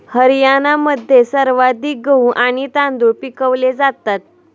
हरियाणामध्ये सर्वाधिक गहू आणि तांदूळ पिकवले जातात